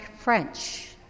French